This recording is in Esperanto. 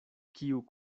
kiu